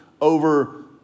over